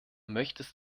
möchtest